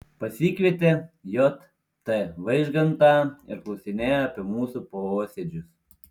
pasikvietė j t vaižgantą ir klausinėjo apie mūsų posėdžius